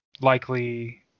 likely